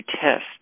test